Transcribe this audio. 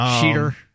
Cheater